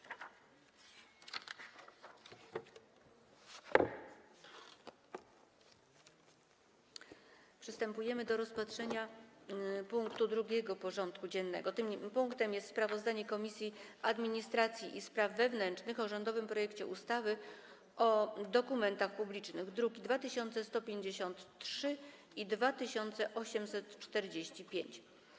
Przystępujemy do rozpatrzenia punktu 2. porządku dziennego: Sprawozdanie Komisji Administracji i Spraw Wewnętrznych o rządowym projekcie ustawy o dokumentach publicznych (druki nr 2153 i 2845)